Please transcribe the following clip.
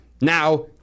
now